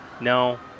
No